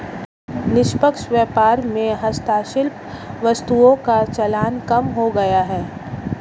निष्पक्ष व्यापार में हस्तशिल्प वस्तुओं का चलन कम हो गया है